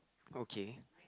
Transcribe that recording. okay